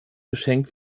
geschenk